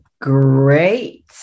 great